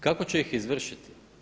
Kako će ih izvršiti?